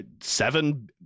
seven